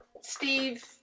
Steve